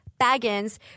Baggins